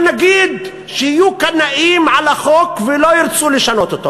חוק-יסוד, ישנו אותו.